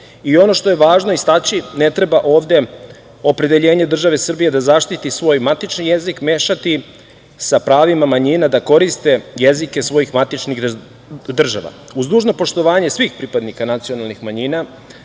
Ono što je važno istaći, ne treba ovde opredeljenje države Srbije da zaštiti svoj matični jezik mešati sa pravima manjina da koriste jezike svojih matičnih država. Uz dužno poštovanje svih pripadnika nacionalnih manjina